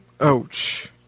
ouch